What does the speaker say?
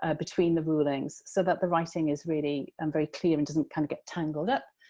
ah between the rulings so that the writing is really um very clear and doesn't kind of get tangled up.